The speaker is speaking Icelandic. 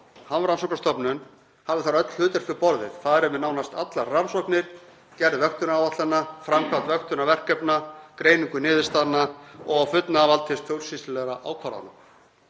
Hafrannsóknastofnun, hafi þar öll hlutverk við borðið, fari með nánast allar rannsóknir, gerð vöktunaráætlana, framkvæmd vöktunarverkefna, greiningu niðurstaðna og fullnaðarvald til stjórnsýslulegra ákvarðana.